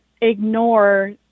ignore